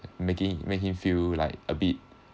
making make him feel like a bit